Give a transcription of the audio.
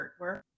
artwork